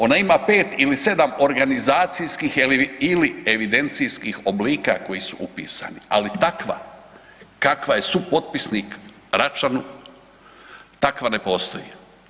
Ona ima pet ili sedam organizacijskih ili evidencijskih oblika koji su upisani, ali takva kakva je supotpisnik Račanu takva ne postoji.